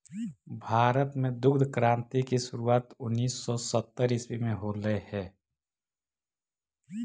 भारत में दुग्ध क्रान्ति की शुरुआत उनीस सौ सत्तर ईसवी में होलई